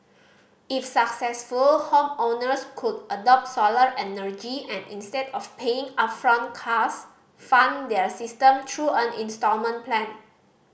if successful homeowners could adopt solar energy and instead of paying upfront cost fund their system through an instalment plan